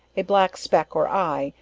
a black speck or eye,